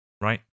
right